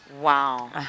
Wow